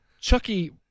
Chucky